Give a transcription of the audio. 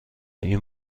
این